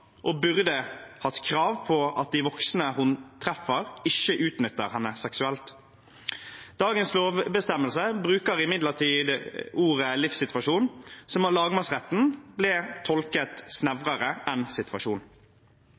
og burde hatt krav på at de voksne hun treffer, ikke utnytter henne seksuelt. Dagens lovbestemmelse bruker imidlertid ordet «livssituasjon», som av lagmannsretten ble tolket snevrere enn